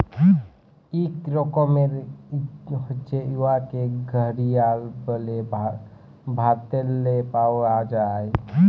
ইক রকমের হছে উয়াকে ঘড়িয়াল ব্যলে ভারতেল্লে পাউয়া যায়